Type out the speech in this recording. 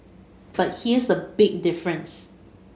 but here's the big difference